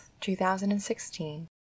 2016